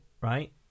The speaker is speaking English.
right